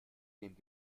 nehmen